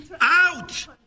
Out